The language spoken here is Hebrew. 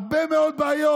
הרבה מאוד בעיות.